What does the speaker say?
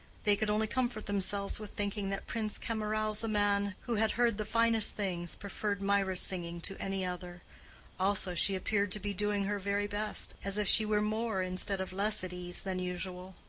they could only comfort themselves with thinking that prince camaralzaman, who had heard the finest things, preferred mirah's singing to any other also she appeared to be doing her very best, as if she were more instead of less at ease than usual.